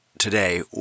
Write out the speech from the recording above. Today